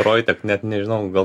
roitek net nežinau gal